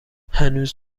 هنوز